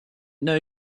know